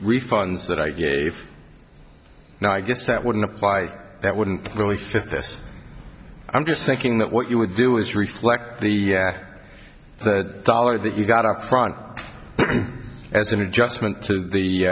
refunds that i gave no i guess that wouldn't apply that wouldn't really fifth this i'm just thinking that what you would do is reflect the fact that dollar that you got up front as an adjustment to